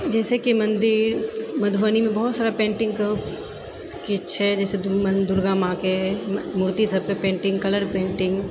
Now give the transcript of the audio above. जेनाकि मन्दिर मधुबनीमे बहुत सारा पेन्टिङ्गके चीज छै ई सब दुर्गा माँके मूर्ति सबके पेन्टिङ्ग कलर पेन्टिङ्ग